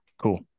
cool